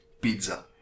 Pizza